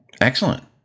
Excellent